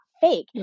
fake